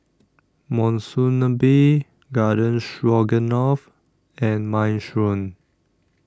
Monsunabe Garden Stroganoff and Minestrone